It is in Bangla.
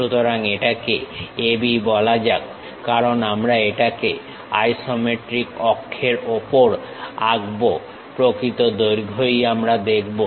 সুতরাং এটাকে A B বলা যাক কারণ আমরা এটাকে আইসোমেট্রিক অক্ষের ওপর আঁকবো প্রকৃত দৈর্ঘ্যই আমরা দেখব